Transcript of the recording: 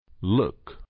look